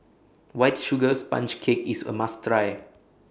White Sugar Sponge Cake IS A must Try